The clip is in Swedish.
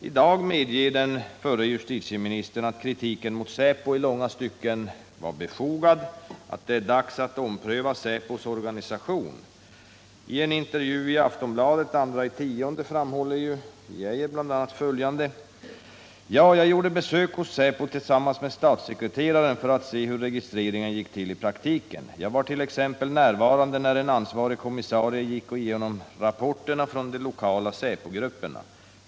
I dag medger den förre justitieministern att kritiken mot säpo i långa stycken var befogad och att det är dags att ompröva säpos organisation. I en intervju i Aftonbladet den 2 oktober framhåller Lennart Geijer bl.a. följande: ”Ja, jag gjorde besök hos säpo tillsammans med statssekreteraren för att se hur registreringen gick till i praktiken. Jag var till exempel närvarande när en ansvarig kommissarie gick igenom rapporterna från de lokala säpo-grupperna.